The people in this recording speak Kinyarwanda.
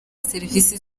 serivisi